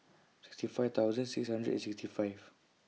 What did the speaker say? sixty five thousand six hundred and sixty five